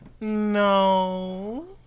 No